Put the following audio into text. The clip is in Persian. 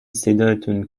صداتون